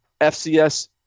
FCS